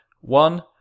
One